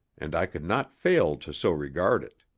and i could not fail to so regard it.